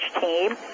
team